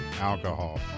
alcohol